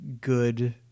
good